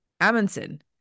Amundsen